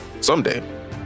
Someday